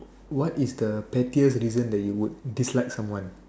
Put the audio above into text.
what is the pettiest reason that you would dislike someone